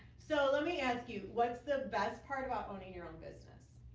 so let me ask you what's the best part about owning your own business?